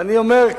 ואני אומר,